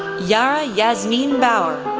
yara yasmin bauer,